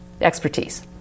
expertise